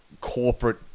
corporate